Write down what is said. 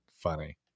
funny